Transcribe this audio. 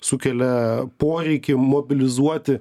sukelia poreikį mobilizuoti